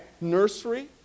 nursery